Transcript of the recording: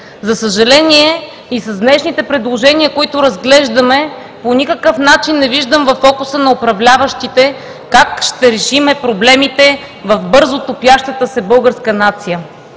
За съжаление, и с днешните предложения, които разглеждаме, по никакъв начин не виждам във фокуса на управляващите как ще решим проблемите в бързо топящата се българска нация.